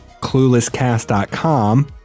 CluelessCast.com